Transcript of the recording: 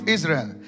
Israel